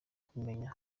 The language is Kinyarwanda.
kubimenya